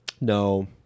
No